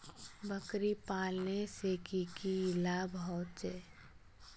बकरी पालने से की की लाभ होचे?